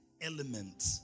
element